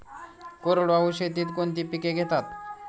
कोरडवाहू शेतीत कोणती पिके घेतात?